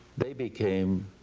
they became,